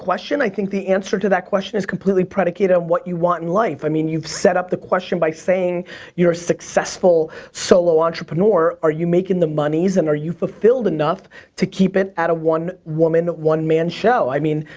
question. i think the answer to that question is completely predicated on what you want in life. i mean, you've set up the question by saying you're a successful solo entrepreneur. are you making the monies and are you fulfilled enough to keep it at a one woman one man show? i mean,